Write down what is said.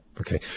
okay